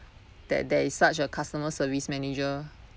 that there is such a customer service manager